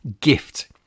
gift